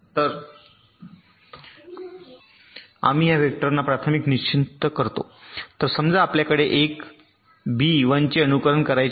तर आम्ही या वेक्टरना प्राथमिकता निश्चित करतो तर समजा आपल्याला 1 बी 1 चे अनुकरण करायचे आहे